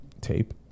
tape